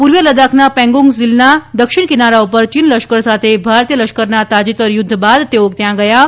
પૂર્વીય લદાખના પેંગોંગ ઝીલના દક્ષિણ કિનારા પર ચીન લશ્કર સાથે ભારતીય લશ્કરના તાજેતર યુધ્ધ બાદ તેઓ ત્યાં ગયા છે